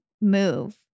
move